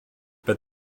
but